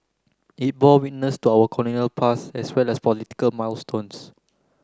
it bore witness to our colonial past as well as political milestones